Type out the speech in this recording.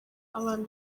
abana